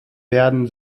werden